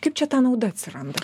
kaip čia ta nauda atsiranda